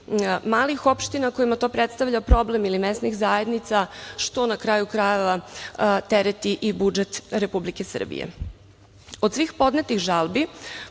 malih opština kojima to predstavlja problem ili mesnih zajednica, što na kraju, krajeva tereti i budžet Republike Srbije. Od svih podnetih žalbi